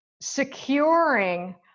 securing